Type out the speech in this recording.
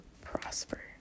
prosper